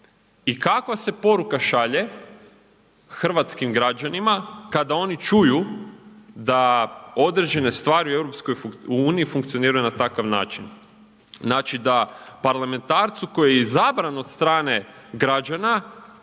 I kakva se poruka šalje hrvatskim građanima kada oni čuju da određene stvari u EU funkcioniraju na takav način? Znači da parlamentarcu koji je izabran od strane građana